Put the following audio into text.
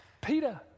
Peter